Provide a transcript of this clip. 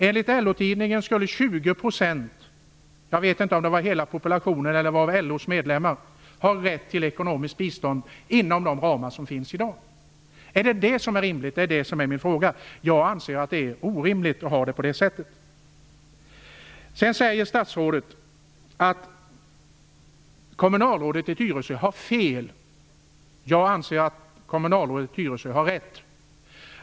Enligt LO-tidningen skulle 20 %- jag vet inte om det var av hela populationen eller av LO:s medlemmar - ha rätt till ekonomiskt bistånd inom de ramar som finns i dag. Min fråga är om det är rimligt. Jag anser att det är orimligt att ha det ordnat på det sättet. Statsrådet säger vidare att kommunalrådet i Tyresö har fel. Jag anser att kommunalrådet i Tyresö har rätt.